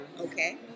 Okay